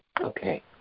Okay